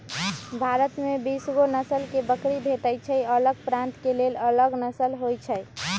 भारत में बीसगो नसल के बकरी भेटइ छइ अलग प्रान्त के लेल अलग नसल होइ छइ